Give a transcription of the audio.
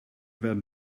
werden